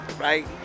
right